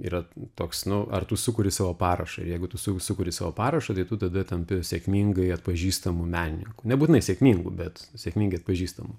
yra toks nu ar tu sukuri savo parašą jeigu tu su sukuri savo parašą tai tu tada tampi sėkmingai atpažįstamu menininku nebūtinai sėkmingu bet sėkmingai atpažįstamu